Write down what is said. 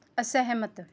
ਅਸਹਿਮਤ